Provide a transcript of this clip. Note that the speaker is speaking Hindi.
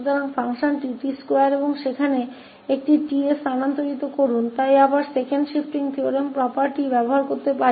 तो फ़ंक्शन t2 हैऔर इसमें 1 से बदलाव होता है इसलिए हम फिर से दूसरी शिफ्टिंग प्रमेय property का उपयोग कर सकते हैं